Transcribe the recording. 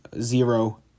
zero